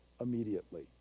immediately